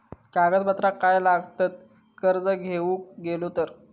कागदपत्रा काय लागतत कर्ज घेऊक गेलो तर?